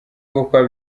gukwa